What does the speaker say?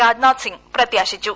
Rajnath Singh പ്രത്യാശിച്ചു